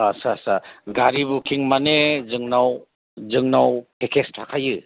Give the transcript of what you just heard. आस्सासा गारि बुकिं माने जोंनाव पेकेज थाखायो